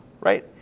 right